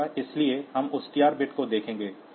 इसलिए हम उस TR बिट को देखेंगे